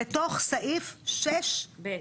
לתוך סעיף 6(ו)(ב).